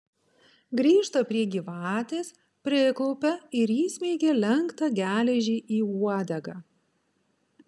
grįžta prie gyvatės priklaupia ir įsmeigia lenktą geležį į uodegą